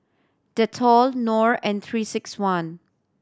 Dettol Knorr and Three Six One